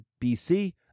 BC